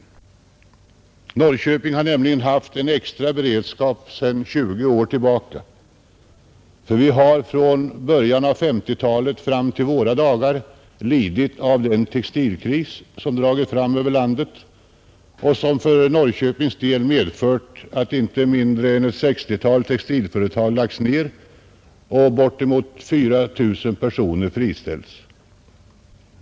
Norrköping har nämligen haft en extra beredskap sedan 20 år tillbaka, Staden har från början av 1950-talet fram till våra dagar lidit av den textilkris som dragit fram över landet och som för Norrköpings del medfört att inte mindre än ett 60-tal textilföretag lagts ned och bortemot 4 000 personer friställts.